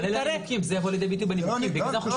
אלה הנימוקים, זה יכול לבוא לידי ביטוי בנימוקים.